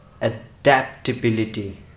adaptability